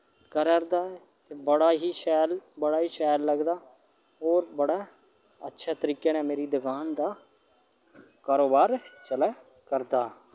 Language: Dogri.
करे'रदा ते बड़ा ही शैल बड़ा ही शैल लगदा होर बड़ा होर बड़े अच्छे तरीके ने मेरी दकान दा कारोबार चला करदा